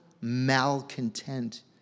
malcontent